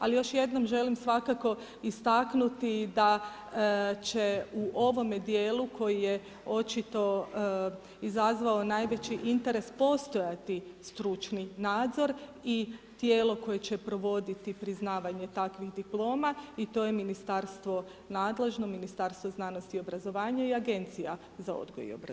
Ali još jednom želim svakako istaknuti da će u ovome dijelu koji je očito izazvao najveći interes postojati stručni nadzor i tijelo koje će provoditi priznavanje takvih diploma i to je ministarstvo nadležno Ministarstvo znanosti i obrazovanja i Agencija za odgoj i obrazovanje.